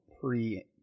pre